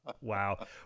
Wow